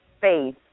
faith